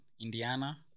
Indiana